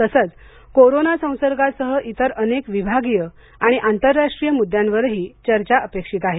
तसंच कोरोना संसर्गासह इतर अनेक विभागीय आणि आंतरराष्ट्रीय मुद्द्यांवरही चर्चा अपेक्षित आहे